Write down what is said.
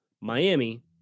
Miami